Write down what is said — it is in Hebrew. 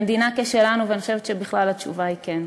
במדינה כשלנו, ואני חושבת שבכלל, התשובה היא כן.